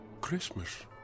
Christmas